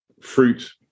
fruit